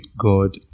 God